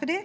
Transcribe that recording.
Fru